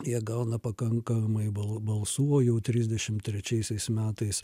jie gauna pakankamai bal balsų o jau trisdešimt trečiaisiais metais